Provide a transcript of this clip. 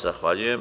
Zahvaljujem.